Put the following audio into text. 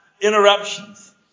interruptions